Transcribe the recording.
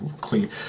clean